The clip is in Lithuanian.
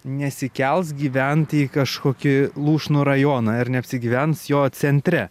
nesikels gyventi į kažkokį lūšnų rajoną ir neapsigyvens jo centre